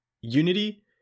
Unity